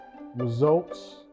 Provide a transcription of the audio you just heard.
results